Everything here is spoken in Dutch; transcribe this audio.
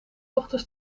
ochtends